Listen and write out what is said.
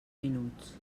minuts